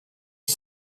est